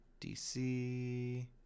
DC